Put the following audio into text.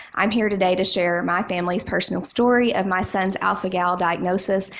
i'm here today to share my family's personal story of my son's alpha-gal diagnosis,